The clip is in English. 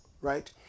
right